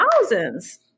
Thousands